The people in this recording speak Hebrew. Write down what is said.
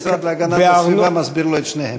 והמשרד להגנת הסביבה מסביר לו את שניהם.